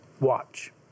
Watch